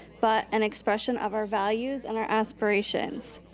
but an expression of our values and our aspirations.